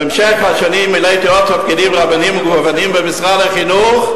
בהמשך השנים מילאתי עוד תפקידים רבים ומגוונים במשרד החינוך,